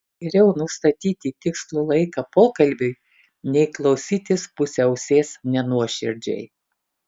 geriau nustatyti tikslų laiką pokalbiui nei klausytis puse ausies nenuoširdžiai